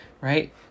right